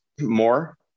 more